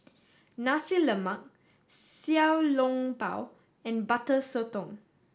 Nasi Lemak Xiao Long Bao and Butter Sotong